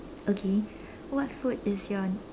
okay what food is your